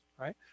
right